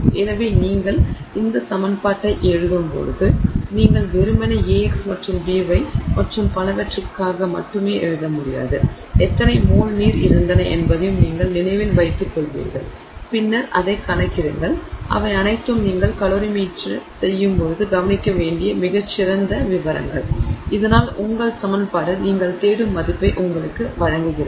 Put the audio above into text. எனவே நீங்கள் இந்த சமன்பாட்டை எழுதும் போது நீங்கள் வெறுமனே Ax மற்றும் By மற்றும் பலவற்றிற்காக மட்டுமே எழுத முடியாது எத்தனை மோல் நீர் இருந்தன என்பதையும் நீங்கள் நினைவில் வைத்துக் கொள்வீர்கள் பின்னர் அதைக் கணக்கிடுங்கள் இவை அனைத்தும் நீங்கள் கலோரிமீட்டரி செய்யும்போது கவனிக்க வேண்டிய மிகச்சிறந்த விவரங்கள் இதனால் உங்கள் சமன்பாடு நீங்கள் தேடும் மதிப்பை உங்களுக்குத் வழங்குகிறது